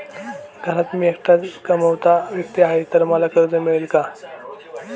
घरात मी एकटाच कमावता व्यक्ती आहे तर मला कर्ज मिळेल का?